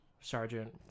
sergeant